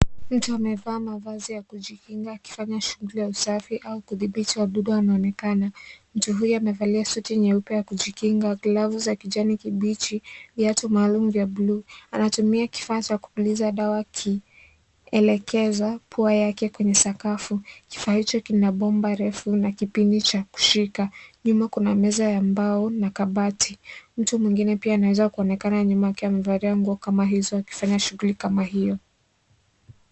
Mtu amevaa mavazi ya kujikinga skifanya shughuli ya usafi au kudhibiti wadudu wanaonekana amevalia suti nyeupe ya kujikinga , glavu ,kijani kibichi, viatu maalum vya blue anatumia kifaa cha kupuliza dawa elekeza pilua yake kwenye sakafu kifaa hicho kina bomba refu na kipindi cha kushika nyuma kuna meza ya mbao na kabati, mtu mwingine pia anaezakuonekana nyuma akiwa amevalia nguo kama hizo akifanya shughuli kama hiyo .